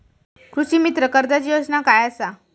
कृषीमित्र कर्जाची योजना काय असा?